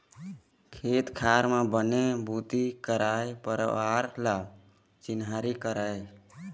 खेत खार म बनी भूथी करइया परवार ल चिन्हारी करई